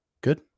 Good